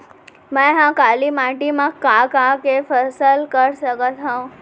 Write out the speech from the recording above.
मै ह काली माटी मा का का के फसल कर सकत हव?